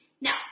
Now